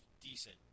decent